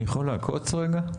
אני יכול לעקוץ רגע?